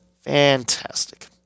Fantastic